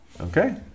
Okay